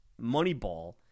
Moneyball